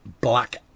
black